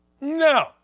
No